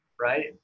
right